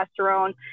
testosterone